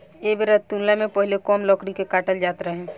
ऐ बेरा तुलना मे पहीले कम लकड़ी के काटल जात रहे